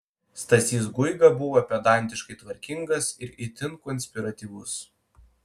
stasys guiga buvo pedantiškai tvarkingas ir itin konspiratyvus